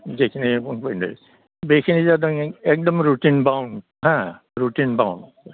जेखिनि बुथिदों बेखिनि जादों एकदम रुटिन बाउण्ड हा रुटिन बाउण्ड